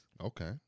Okay